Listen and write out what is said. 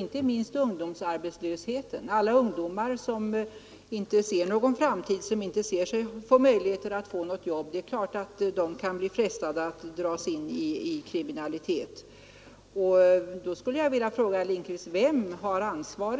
Det är klart att alla ungdomar som inte ser någon framtid, som inte ser någon möjlighet att få ett jobb, kan dras in i kriminalitet. Men då vill jag fråga herr Lindkvist: Vem har